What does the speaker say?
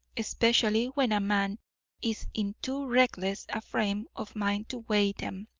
especially when a man is in too reckless a frame of mind to weigh them.